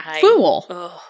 fool